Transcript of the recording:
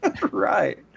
Right